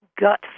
gut